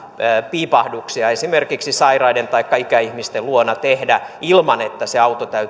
piipahduksia esimerkiksi sairaiden taikka ikäihmisten luona tehdä ilman että se auto